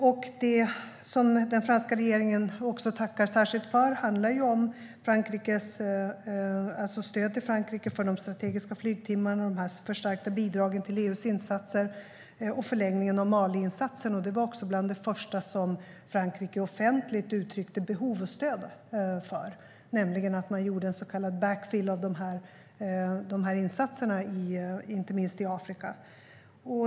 Vad den franska regeringen tackar särskilt för handlar om stöd till Frankrike genom de strategiska flygtimmarna, de förstärkta bidragen till EU:s insatser och förlängningen av Maliinsatsen, som också var bland det första som Frankrike offentligt uttryckte behov av, nämligen så kallad backfill av insatserna inte minst i Afrika.